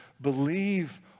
believe